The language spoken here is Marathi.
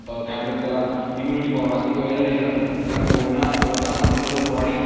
काय म्हणतात त्याला इम्युनिटी पावर लागते किंवा एनर्जी लागते कारण पोहणं पोहताना सर्व बॉडी